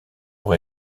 pour